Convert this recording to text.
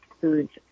foods